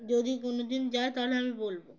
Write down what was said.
যদি কোনোদিন যায় তাহলে আমি বলবো